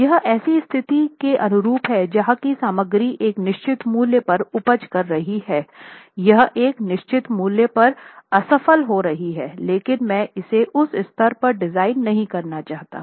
यह ऐसी स्थिति के अनुरूप है जहां कि सामग्री एक निश्चित मूल्य पर उपज कर रही है या एक निश्चित मूल्य पर असफल हो रही हैं लेकिन मैं इसे उस स्तर पर डिजाइन नहीं करना चाहता हूँ